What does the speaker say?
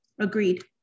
Agreed